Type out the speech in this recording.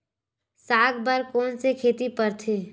साग बर कोन से खेती परथे?